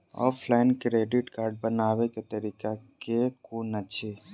Offline credit card बनाबै केँ तरीका केँ कुन अछि?